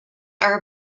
are